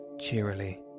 cheerily